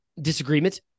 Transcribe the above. disagreement